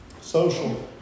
social